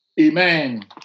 Amen